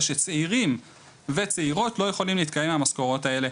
ושצעירים וצעירות לא יכולים להתקיים מהמשכורות האלה.